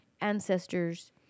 ancestors